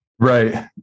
Right